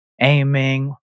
aiming